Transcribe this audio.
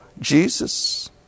Jesus